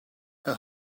and